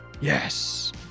Yes